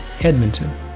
Edmonton